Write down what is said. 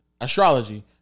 Astrology